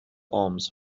arms